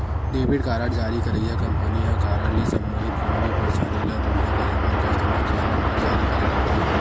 debit card जारी करइया company ह कारड ले संबंधित कोनो भी परसानी ल दुरिहा करे बर कस्टमर केयर नंबर जारी करे रहिथे